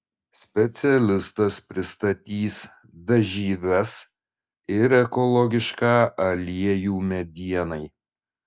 specialistas pristatys dažyves ir ekologišką aliejų medienai